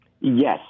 Yes